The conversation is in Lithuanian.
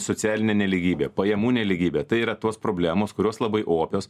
socialinė nelygybė pajamų nelygybė tai yra tos problemos kurios labai opios